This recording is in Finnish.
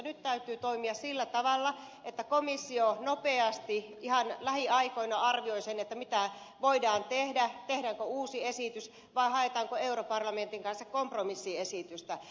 nyt täytyy toimia sillä tavalla että komissio nopeasti ihan lähiaikoina arvioi sen mitä voidaan tehdä tehdäänkö uusi esitys vai haetaanko europarlamentin kanssa kompromissiesitystä